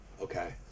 okay